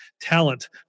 talent